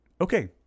Okay